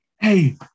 Hey